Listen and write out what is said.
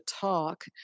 talk